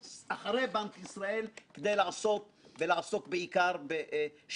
אם תרצה המדינה ראוי שהנושא הזה ייבדק